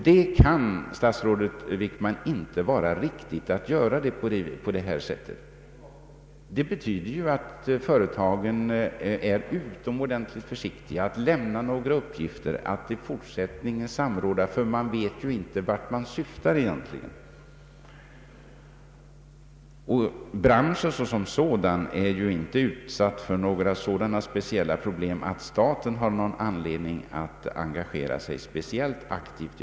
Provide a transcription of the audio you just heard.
Det kan, statsrådet Wickman, inte vara riktigt att göra på detta sätt. Det betyder ju att företagen blir utomordentligt försiktiga med att lämna några uppgifter och att i fortsättningen samråda, ty de vet inte vart man egentligen syftar. Branschen är ju inte utsatt för sådana problem att staten har någon anledning att engagera sig speciellt aktivt.